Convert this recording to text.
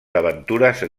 aventures